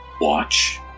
Watch